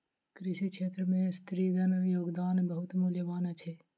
कृषि क्षेत्र में स्त्रीगणक योगदान बहुत मूल्यवान अछि